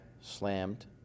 slammed